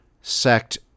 sect